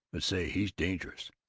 but say, he's dangerous,